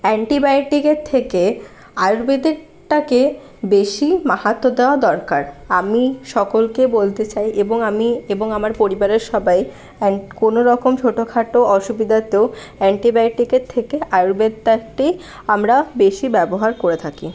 অ্যান্টিবায়োটিকের থেকে আয়ুর্বেদিকটাকে বেশি মাহাত্ম্য দেওয়া দরকার আমি সকলকে বলতে চাই এবং আমি এবং আমার পরিবারের সবাই অ্যান কোনোরকম ছোটখাট অসুবিধাতেও অ্যান্টিবায়োটিকের থেকে আয়ুর্বেদাটি আমরা বেশি ব্যবহার করে থাকি